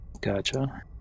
Gotcha